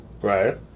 Right